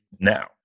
now